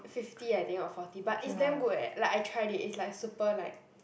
fifty I think or forty but it's damn go eh like I tried it's like super like